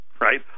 right